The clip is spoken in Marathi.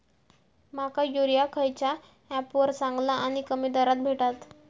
माका युरिया खयच्या ऍपवर चांगला आणि कमी दरात भेटात?